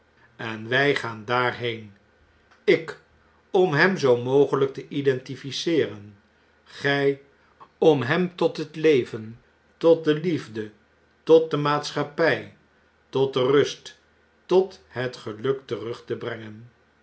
en wy gaan daarheen ik om hem zoo mogehjk te identifieeren gij om hem tot het leven tot de liefde tot de maatschappjj tot de rust tot het geluk terug te brengen